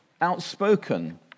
outspoken